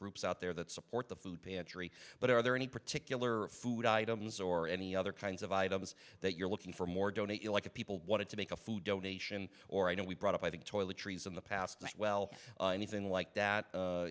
groups out there that support the food pantry but are there any particular food items or any other kinds of items that you're looking for more don't you like people wanted to make a food donation or i know we brought up i think toiletries in the past well anything like that